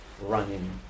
running